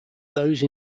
those